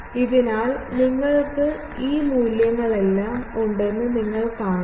അതിനാൽ നിങ്ങൾക്ക് ഈ മൂല്യങ്ങളെല്ലാം ഉണ്ടെന്ന് നിങ്ങൾ കാണുന്നു